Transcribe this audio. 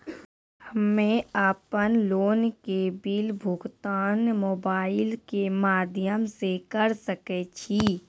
हम्मे अपन लोन के बिल भुगतान मोबाइल के माध्यम से करऽ सके छी?